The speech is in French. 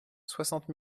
soixante